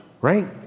right